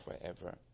forever